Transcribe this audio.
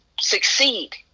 succeed